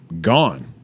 gone